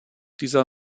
dieser